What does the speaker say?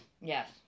Yes